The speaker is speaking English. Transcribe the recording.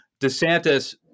DeSantis